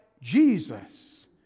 Jesus